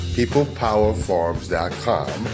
peoplepowerfarms.com